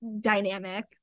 dynamic